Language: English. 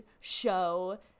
show